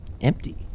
empty